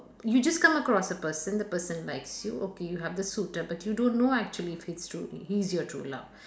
you just come across a person the person likes you okay you have the suitor but you don't know actually if it's tru~ if he's your true love